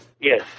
Yes